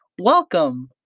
Welcome